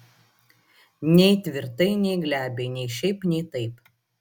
nei tvirtai nei glebiai nei šiaip nei taip